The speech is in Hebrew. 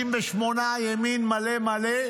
68 ימין מלא מלא,